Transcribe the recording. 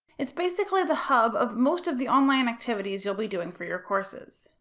it's basically the hub of most of the online activities you'll be doing for your courses.